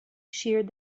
sheared